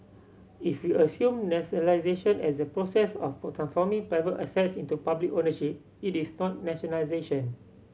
if we assume nationalisation as the process of forming private assets into public ownership it is not nationalisation